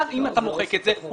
אם אתה מוחק את זה,